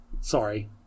sorry